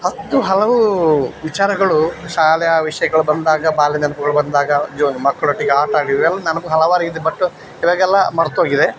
ಹತ್ತು ಹಲವು ವಿಚಾರಗಳು ಶಾಲೆಯ ವಿಷಯಗಳು ಬಂದಾಗ ಬಾಲ್ಯದ ನೆನಪುಗಳು ಬಂದಾಗ ಮಕ್ಕಳೊಟ್ಟಿಗೆ ಆಟ ಆಡಿದ್ದು ಇವೆಲ್ಲ ನೆನಪು ಹಲವಾರಿದೆ ಬಟ್ ಇವಾಗೆಲ್ಲ ಮರ್ತು ಹೋಗಿದೆ